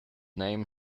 name